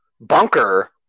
bunker